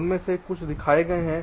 उनमें से कुछ दिखाए गए हैं